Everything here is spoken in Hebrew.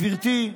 גברתי,